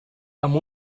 amb